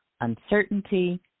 uncertainty